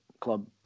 club